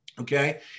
Okay